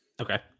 Okay